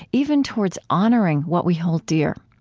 even towards honoring what we hold dear.